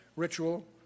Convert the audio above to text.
ritual